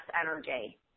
energy